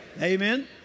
Amen